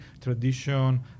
tradition